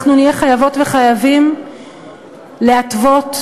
אנחנו נהיה